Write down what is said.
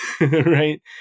right